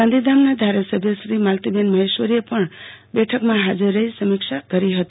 ગાંધીધામના ધારાસભ્યશ્રી માલતીબેન મહેશ્વરીએ પણ બેઠકમાં કોવીડ સમીક્ષા કરી ફતી